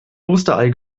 osterei